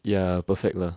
ya perfect lah